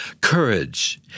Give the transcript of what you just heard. Courage